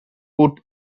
would